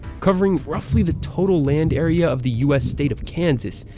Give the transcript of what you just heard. covering roughly the total land area of the us state of kansas,